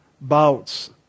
bouts